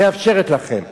מאפשרת לכם.